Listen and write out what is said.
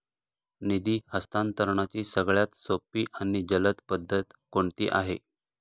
निधी हस्तांतरणाची सगळ्यात सोपी आणि जलद पद्धत कोणती आहे?